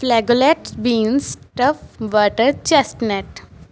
ਫਲੈਗਲੈਕਸ beans ਟਫ water chestnut